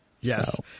yes